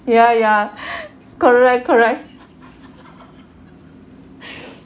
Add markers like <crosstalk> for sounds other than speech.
ya ya <breath> correct correct